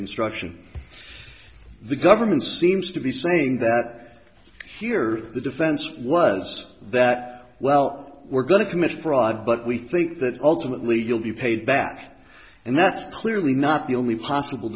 instruction the government seems to be saying that here the defense was that wow we're going to commit fraud but we think that ultimately you'll be paid back and that's clearly not the only possible